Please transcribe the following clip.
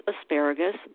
asparagus